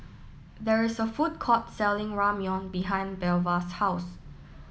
there is a food court selling Ramyeon behind Belva's house